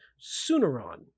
Sooneron